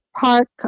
Park